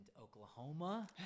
Oklahoma